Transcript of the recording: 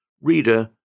Reader